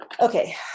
okay